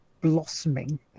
blossoming